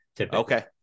Okay